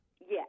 Yes